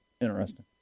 Interesting